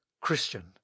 christian